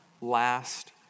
last